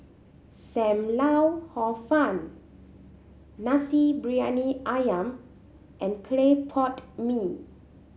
Sam Lau Hor Fun Nasi Briyani Ayam and clay pot mee